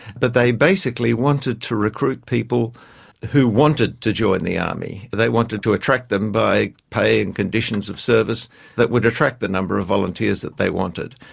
but they basically wanted to recruit people who wanted to join the army, they wanted to attract them by pay and conditions of service that would attract the number of volunteers that they wanted.